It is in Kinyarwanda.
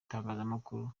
itangazamakuru